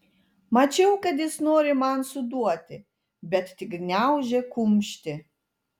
mačiau kad jis nori man suduoti bet tik gniaužė kumštį